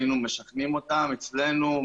היינו משכנים אותם אצלנו,